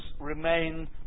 remain